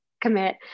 commit